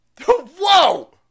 whoa